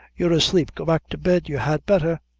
you're asleep go back to bed, you had betther.